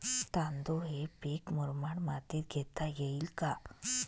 तांदूळ हे पीक मुरमाड मातीत घेता येईल का?